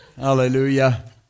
hallelujah